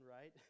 right